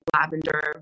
lavender